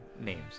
names